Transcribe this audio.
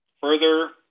further